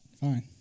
fine